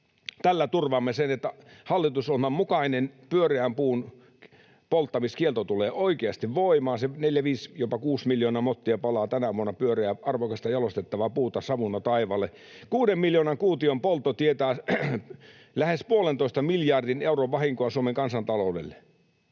Tällä turvaamme sen, että hallitusohjelman mukainen pyöreän puun polttamiskielto tulee oikeasti voimaan. Se neljä viisi, jopa kuusi miljoonaa mottia pyöreää arvokasta jalostettavaa puuta palaa tänä vuonna savuna taivaalle. Kuuden miljoonan kuution poltto tietää lähes puolentoista miljardin euron vahinkoa Suomen kansantaloudelle.